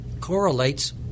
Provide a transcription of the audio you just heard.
correlates